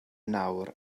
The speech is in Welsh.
nawr